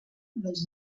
dels